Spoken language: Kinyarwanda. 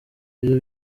ibyo